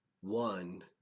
one